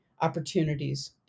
opportunities